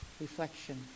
reflection